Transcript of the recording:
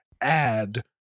add